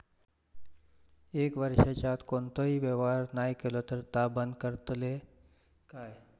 एक वर्षाच्या आत कोणतोही व्यवहार नाय केलो तर ता बंद करतले काय?